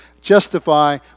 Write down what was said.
justify